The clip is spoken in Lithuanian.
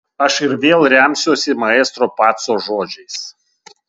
aš ir vėl remsiuosi maestro paco žodžiais